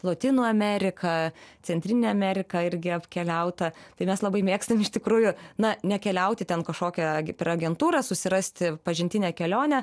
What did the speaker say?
lotynų ameriką centrinę ameriką irgi apkeliaut tą tai mes labai mėgstam iš tikrųjų na nekeliauti ten kažkokią per agentūrą susirasti pažintinę kelionę